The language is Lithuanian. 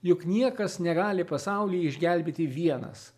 juk niekas negali pasaulį išgelbėti vienas